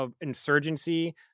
insurgency